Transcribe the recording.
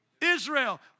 Israel